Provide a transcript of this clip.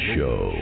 Show